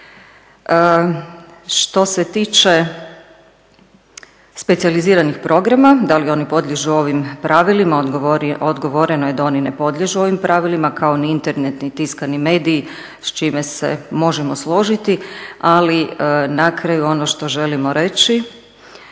Što se tiče specijaliziranih programa da li oni podliježu ovim pravilima odgovoreno je da oni ne podliježu ovim pravilima kao ni Internet ni tiskani mediji s čime se možemo složiti. Ali na kraju ono što želimo reći